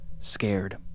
scared